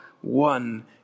one